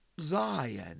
Zion